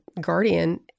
guardian